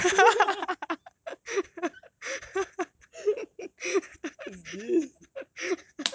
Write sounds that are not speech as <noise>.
<laughs> what's this